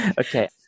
Okay